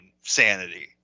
sanity